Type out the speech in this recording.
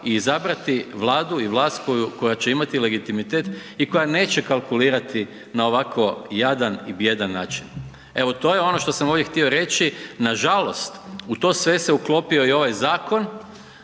i izabrati vladu i vlast koja će imati legitimitet i koja neće kalkulirati na ovako jadan i bijedan način. Evo, to je ono što sam ovdje htio reći. Nažalost u to sve se uklopio i ovaj zakon